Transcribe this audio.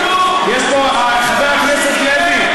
חבר הכנסת לוי,